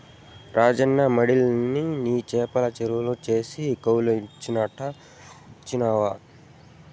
రాజన్న మడిలన్ని నీ చేపల చెర్లు చేసి కౌలుకిచ్చినాడట ఇంటివా